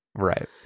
Right